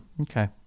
Okay